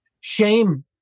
shame